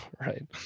Right